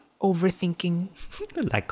overthinking